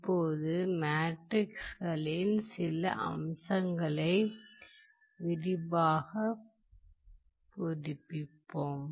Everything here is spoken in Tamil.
இப்போது மேட்ரிக்ஸ்களின் சில அம்சங்களை விரைவாகப் புதுப்பிப்போம்